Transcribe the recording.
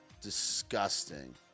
disgusting